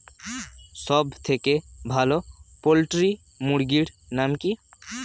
সবথেকে ভালো পোল্ট্রি মুরগির নাম কি?